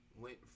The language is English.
went